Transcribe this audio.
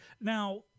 now